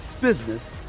business